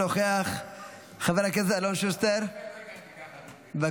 חבר הכנסת אלון שוסטר, בבקשה.